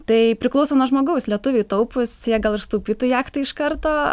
tai priklauso nuo žmogaus lietuviai taupūs jie gal ir sutaupytų jachtai iš karto